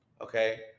Okay